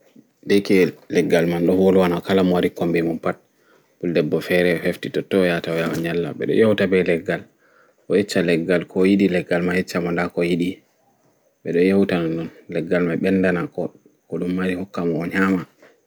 Da yake leggal man ɗo wolwana kala mo wari komɓi maagal pat ɗeɓɓo fere hefti totton o yahata o nyalla ɓe leggal mai o yecca leggal ko o yiɗi leggal ma yeccamo nɗa ko oyiɗi